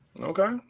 Okay